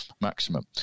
maximum